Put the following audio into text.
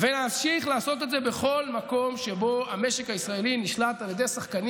ונמשיך לעשות את זה בכל מקום שבו המשק הישראלי נשלט על ידי שחקנים